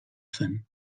zen